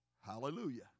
Hallelujah